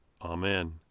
Amen